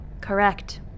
Correct